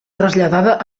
traslladada